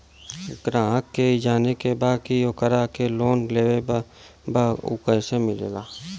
ग्राहक के ई जाने के बा की ओकरा के लोन लेवे के बा ऊ कैसे मिलेला?